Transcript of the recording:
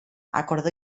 acordó